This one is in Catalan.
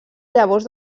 llavors